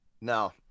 No